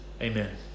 Amen